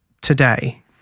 today